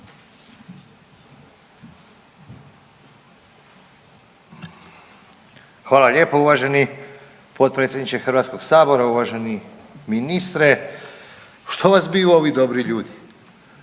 Hvala lijepo uvaženi potpredsjedniče HS. Uvaženi ministre, što vas biju ovi dobri ljudi?